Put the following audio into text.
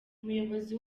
umuyobozi